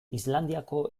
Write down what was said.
islandiako